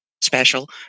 special